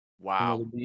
Wow